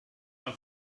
beim